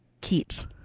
Keats